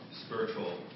spiritual